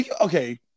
Okay